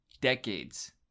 decades